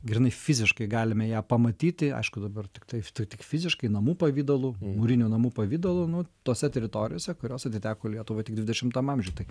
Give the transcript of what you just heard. grynai fiziškai galime ją pamatyti aišku dabar tiktai tai tik fiziškai namų pavidalu mūrinių namų pavidalu nu tose teritorijose kurios atiteko lietuvai tik dvidešimtam amžiuj tai